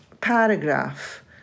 paragraph